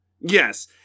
Yes